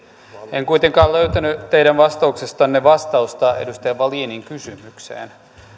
en kuitenkaan löytänyt teidän vastauksestanne vastausta edustaja wallinin kysymykseen